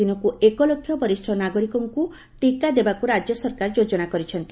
ଦିନକୁ ଏକଲକ୍ଷ ବରିଷ୍ ନାଗରିକଙ୍କୁ ଟିକା ଦେବାକୁ ରାଜ୍ୟ ସରକାର ଯୋଜନା କରିଛନ୍ତି